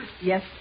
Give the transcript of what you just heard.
Yes